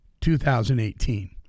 2018